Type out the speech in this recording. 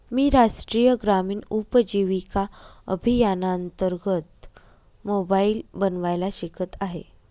मी राष्ट्रीय ग्रामीण उपजीविका अभियानांतर्गत मोबाईल बनवायला शिकत आहे